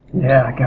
yeah, god,